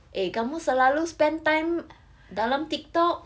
eh kamu selalu spend time dalam TikTok